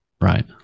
Right